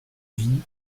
vit